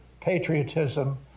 patriotism